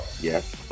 Yes